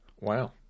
Wow